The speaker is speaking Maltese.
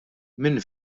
minn